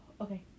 Okay